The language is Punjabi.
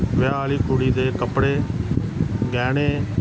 ਵਿਆਹ ਵਾਲੀ ਕੁੜੀ ਦੇ ਕੱਪੜੇ ਗਹਿਣੇ